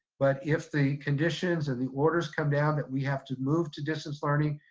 but if the conditions and the orders come down that we have to move to distance learning,